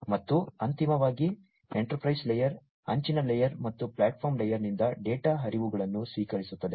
ಮತ್ತು ಅಂತಿಮವಾಗಿ enterprise layer ಅಂಚಿನ ಲೇಯರ್ ಮತ್ತು ಪ್ಲಾಟ್ಫಾರ್ಮ್ ಲೇಯರ್ನಿಂದ ಡೇಟಾ ಹರಿವುಗಳನ್ನು ಸ್ವೀಕರಿಸುತ್ತದೆ